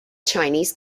chinese